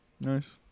nice